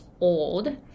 old